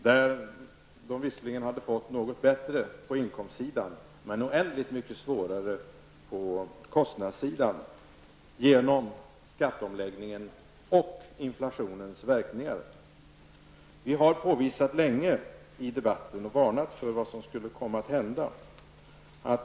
De hade visserligen fått det något bättre på inkomstsidan men oändligt mycket svårare på kostnadssidan genom skatteomläggningen och inflationens verkningar. Vi har i debatten länge påvisat och varnat för vad som skulle komma att hända.